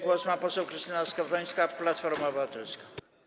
Głos ma poseł Krystyna Skowrońska, Platforma Obywatelska.